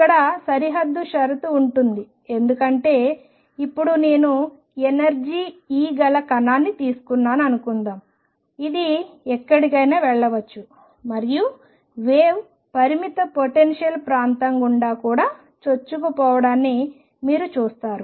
ఇక్కడ సరిహద్దు షరతు ఉంటుంది ఎందుకంటే ఇప్పుడు నేను ఎనర్జీ E గల కణాన్ని తీసుకున్నాను అనుకుందాం ఇది ఎక్కడికైనా వెళ్ళవచ్చు మరియు వేవ్ పరిమిత పొటెన్షియల్స్ ప్రాంతం గుండా కూడా చొచ్చుకుపోవడాన్ని మీరు చూస్తారు